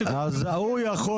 אז הוא יכול